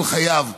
כל חייו.